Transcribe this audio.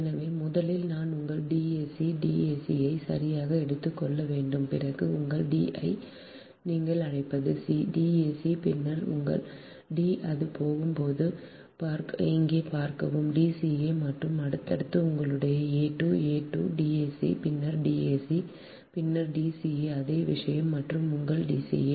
எனவே முதலில் நான் உங்கள் dac dac ஐ சரியாக எடுத்துக்கொள்ள வேண்டும் பிறகு உங்கள் d ஐ நீங்கள் அழைப்பது c dac பின்னர் உங்கள் d அது போகும் போது இங்கே பார்க்கவும் dca மற்றும் அடுத்தது உங்களுடையது a 2 a 2 dac பின்னர் dac பின்னர் dca அதே விஷயம் மற்றும் உங்கள் dca